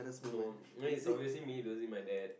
no I mean it's obviously me losing my dad